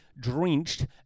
drenched